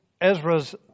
Ezra's